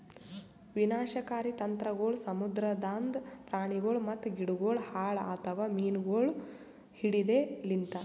ವಿನಾಶಕಾರಿ ತಂತ್ರಗೊಳ್ ಸಮುದ್ರದಾಂದ್ ಪ್ರಾಣಿಗೊಳ್ ಮತ್ತ ಗಿಡಗೊಳ್ ಹಾಳ್ ಆತವ್ ಮೀನುಗೊಳ್ ಹಿಡೆದ್ ಲಿಂತ್